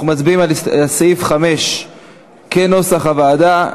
אנחנו מצביעים על סעיף 5 כנוסח הוועדה.